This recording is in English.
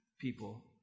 people